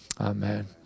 amen